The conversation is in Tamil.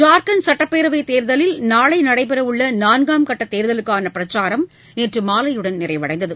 ஜார்க்கண்ட் சுட்டப்பேரவைத் தேர்தலில் நாளை நடைபெற உள்ள நான்காம் கட்ட தேர்தலுக்கான பிரச்சாரம் நேற்று மாலையுடன் நிறைவடைந்தது